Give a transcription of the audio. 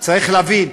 צריך להבין,